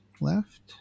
Left